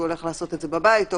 הוא עושה את זה בבית או